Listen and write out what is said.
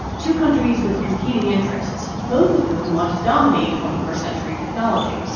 two countries with competing interests, both of whom want to dominate twenty first century technology